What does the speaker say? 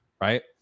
right